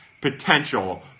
potential